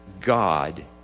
God